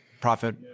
profit